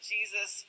Jesus